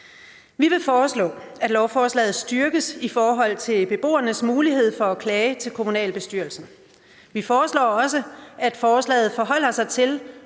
Vi vil foreslå, at lovforslaget styrkes, hvad angår beboernes mulighed for at klage til kommunalbestyrelsen. Vi foreslår også, at forslaget forholder sig til,